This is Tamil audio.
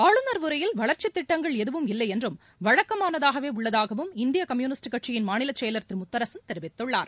ஆளுநர் உரையில் வளர்ச்சித் திட்டங்கள் எதுவும் இல்லை என்றும் வழக்கமானதாகவே உள்ளதாகவும் இந்திய கம்யூனிஸ்ட் கட்சியின் மாநில செயலர் திரு முத்தரசன் தெரிவித்துள்ளார்